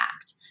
Act